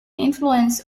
influence